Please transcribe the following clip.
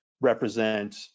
represent